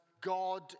God